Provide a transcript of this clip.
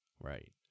right